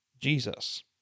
Jesus